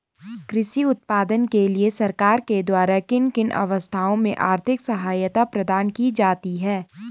कृषि उत्पादन के लिए सरकार के द्वारा किन किन अवस्थाओं में आर्थिक सहायता प्रदान की जाती है?